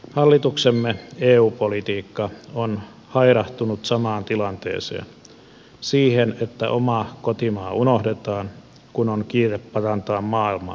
hallituksemme eu politiikka on hairahtunut samaan tilanteeseen siihen että oma kotimaa unohdetaan kun on kiire parantaa maailmaa